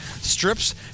strips